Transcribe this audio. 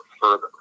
further